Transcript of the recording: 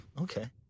Okay